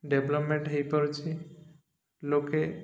development ହେଇପାରୁଛିି ଲୋକେ